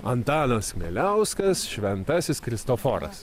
antanas kmieliauskas šventasis kristoforas